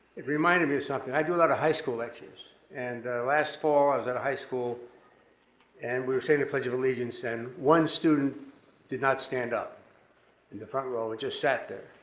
it reminded me of something. i do a lot of high school lectures, and last fall i was at a high school and we were saying the pledge of allegiance, and one student did not stand up in the front row, but just sat there.